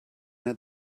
let